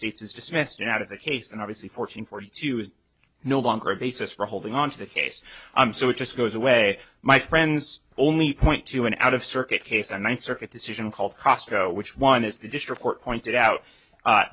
states is dismissed it out of the case and obviously fourteen forty two is no longer a basis for holding onto the case i'm so it just goes away my friends only point to an out of circuit case and ninth circuit decision called cosco which one is the district court pointed out